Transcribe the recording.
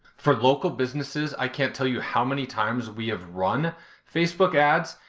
for local businesses, i can't tell you how many times we have run facebook ads,